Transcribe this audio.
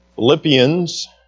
Philippians